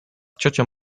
ciocią